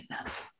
enough